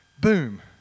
Boom